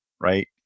Right